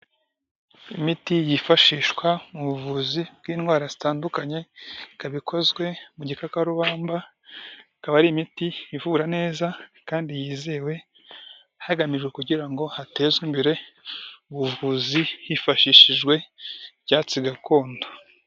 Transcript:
Imiti yifashishwa mu buvuzi bw'indwara zitandukanye, ikaba ikozwe mu gikakarubamba, ikaba ari imiti ivura neza kandi yizewe, hagamijwe kugira ngo hatezwe imbere ubuvuzi, hifashishijwe ibyatsi gakondo.